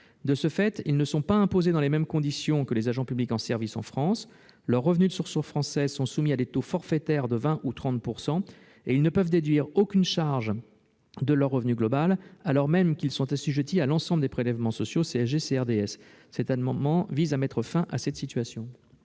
De ce fait, ils ne sont pas imposés dans les mêmes conditions que les agents publics en service en France. Leurs revenus de source française sont soumis à des taux forfaitaires de 20 % ou 30 % et ils ne peuvent déduire aucune charge de leur revenu global, alors même qu'ils sont assujettis à l'ensemble des prélèvements sociaux- CSG, CRDS. Cet amendement vise à mettre fin à cette situation.